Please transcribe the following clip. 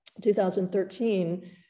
2013